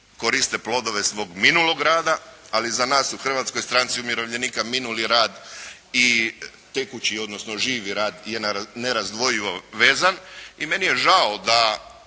koriste plodove svog minulog rada, ali za nas u Hrvatskoj stranci umirovljenika minuli rad i tekući, odnosno živi rad je nerazdvojivo vezan i meni je žao da